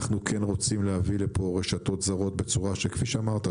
אנחנו כן רוצים להביא לפה רשתות זרות כפי שאמרת,